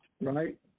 Right